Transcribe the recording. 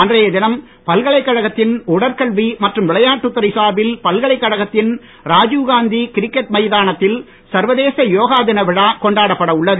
அன்றைய தினம் பல்கலைக்கழகத்தின் உடற்கல்வி மற்றும் விளையாட்டுத் துறை சார்பில் பல்கலைக்கழகத்தின் ராஜீவ்காந்தி கிரிக்கெட் மைதானத்தில் சர்வதேச யோகா தின விழா கொண்டாடப்பட உள்ளது